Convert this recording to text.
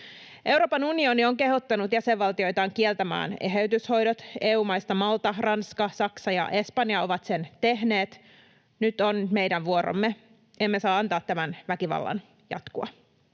Euroopan unioni on kehottanut jäsenvaltioitaan kieltämään eheytyshoidot. EU-maista Malta, Ranska, Saksa ja Espanja ovat sen tehneet. Nyt on meidän vuoromme. Emme saa antaa tämän väkivallan jatkua.